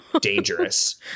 dangerous